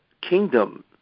kingdom